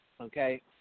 okay